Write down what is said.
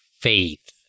faith